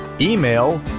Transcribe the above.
Email